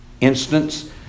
Instance